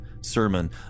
sermon